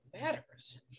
matters